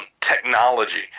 technology